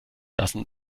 lassen